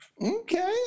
Okay